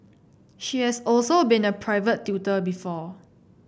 she has also been a private tutor before